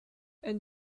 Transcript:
and